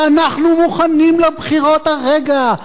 שאנחנו מוכנים לבחירות הרגע,